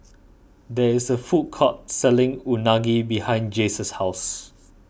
there is a food court selling Unagi behind Jace's house